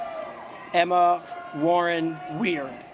emma warren weird